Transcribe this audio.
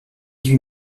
huit